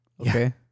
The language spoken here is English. Okay